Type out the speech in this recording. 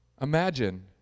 Imagine